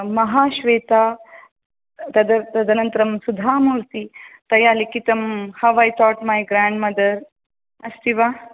महाश्वेता तत् तदनन्तरं सुधामूर्ति तया लिखितं how I taught my grandmother अस्ति वा